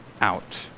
out